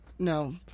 No